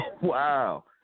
Wow